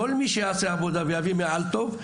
כל מי שיעשה עבודה ויקבל ציון שהוא מעל טוב,